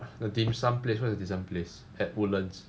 the dim sum place where's the dim sum place at woodlands